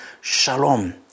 shalom